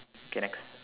K next